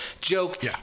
joke